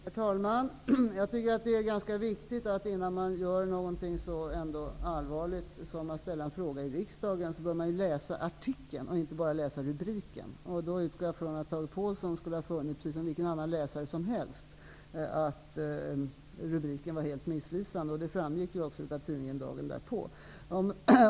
Herr talman! Jag tycker att det är ganska viktigt att man, innan man gör något så allvarligt som att ställa en fråga i riksdagen, läser artikeln och inte bara rubriken. Jag utgår ifrån att Tage Påhlsson, precis som vilken annan läsare som helst, i sådana fall skulle ha funnit att rubriken var helt missvisande. Det framgick ju också i tidningen dagen därpå.